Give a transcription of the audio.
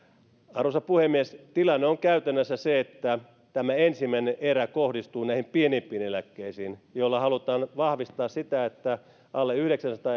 arvoisa puhemies tilanne on käytännössä se että tämä ensimmäinen erä kohdistuu näihin pienimpiin eläkkeisiin millä halutaan vahvistaa sitä että alle yhdeksänsataa